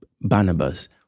Barnabas